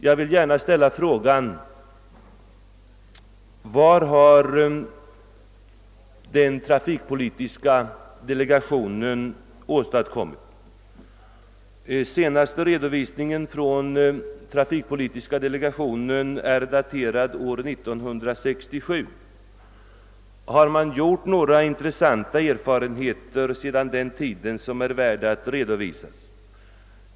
Jag vill fråga: Vad har den trafikpolitiska delegationen åstadkommit? Den senaste redovisningen från trafikpolitiska delegationen är daterad år 1967. Har man gjort några intressanta erfarenheter sedan den tiden som är värda att redovisas?